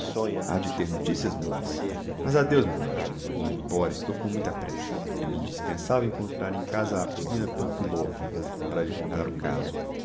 ha de ter noticias minhas mas adeus meu anjo vou-me embora estou com muita pressa é-me indispensavel encontrar em casa a apulina panfilovna para lhe contar o caso